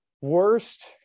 worst